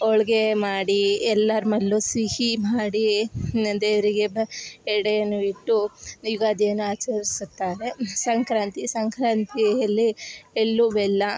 ಹೋಳ್ಗೆ ಮಾಡಿ ಎಲ್ಲರ್ ಮನೆಲ್ಲು ಸಿಹಿ ಮಾಡಿ ನನ್ನ ದೇವರಿಗ್ ಎಲ್ಲ ಎಡೆಯನ್ನು ಇಟ್ಟು ಯುಗಾದಿಯನ್ನು ಆಚರಿಸುತ್ತಾರೆ ಸಂಕ್ರಾಂತಿ ಸಂಕ್ರಾಂತಿಯಲ್ಲಿ ಎಳ್ಳು ಬೆಲ್ಲ